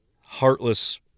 heartless